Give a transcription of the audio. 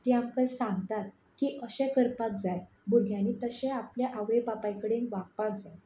तीं आमकां सांगतात की अशें करपाक जाय भुरग्यांनी तशें आपल्या आवय बापाय कडेन वागपाक जाय